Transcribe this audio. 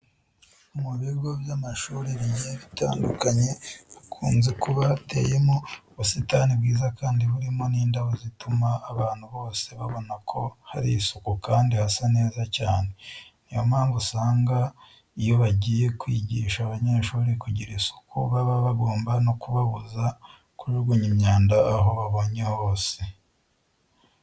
Mu bigo by'amashuri bigiye bitandukanye hakunze kuba hateyemo ubusitani bwiza kandi burimo n'indabo zituma abantu bose babona ko hari isuku kandi hasa neza cyane. Niyo mpamvu usanga iyo bagiye kwigisha abanyeshuri kugira isuku baba bagomba no kubabuza kujugunya imyanda aho babonye hose.